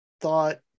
thought